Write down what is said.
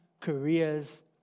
careers